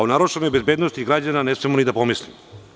O narušenoj bezbednosti građana ne smemo ni da pomislimo.